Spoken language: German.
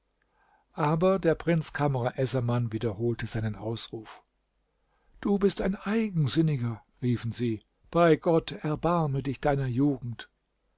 aber der prinz kamr essaman wiederholte seinen ausruf du bist ein eigensinniger riefen sie bei gott erbarme dich deiner jugend